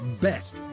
best